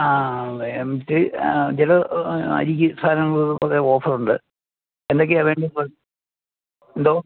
ആ എംറ്റി ചില അരിക്കും സാധനങ്ങൾക്കൊക്കെ കുറെ ഓഫറുണ്ട് എന്തൊക്കെയാണ് വേണ്ടത് ഇപ്പോൾ എന്തോ